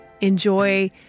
enjoy